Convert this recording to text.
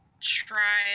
try